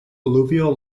alluvial